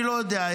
אני לא יודע,